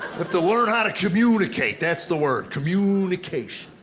have to learn how to communicate, that's the word, communication.